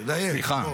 תדייק.